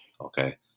Okay